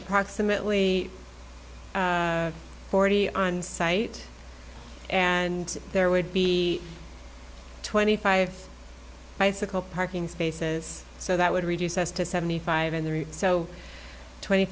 approximately forty on site and there would be twenty five bicycle parking spaces so that would reduce us to seventy five in there so twenty